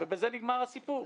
ובזה נגמר הסיפור.